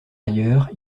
ailleurs